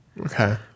Okay